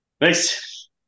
Nice